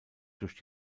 durch